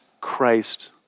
Christ